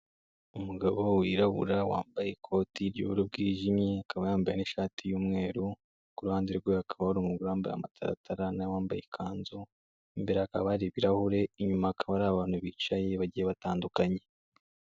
Umugabo wirabura wambaye ikoti ry'ubururu bwijimye, akaba yambaye n'ishati y'umweru kuruhande rwe akaba ari umugore wambaye amataratara, nawe wambaye ikanzu, imbere hakaba hari ibirahure, inyuma akaba ari abantu bicaye bagiye batandukanye.